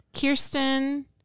kirsten